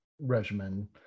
regimen